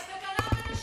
את מקנאה בנשים.